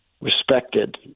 respected